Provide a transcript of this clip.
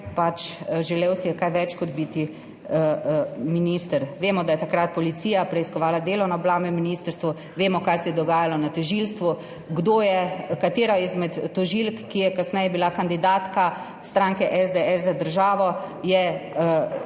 Želel si je kaj več kot biti minister. Vemo, da je takrat policija preiskovala delo na obrambnem ministrstvu, vemo, kaj se je dogajalo na tožilstvu, katera izmed tožilk, ki je bila kasneje kandidatka stranke SDS, se je vpletala